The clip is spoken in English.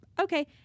okay